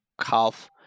half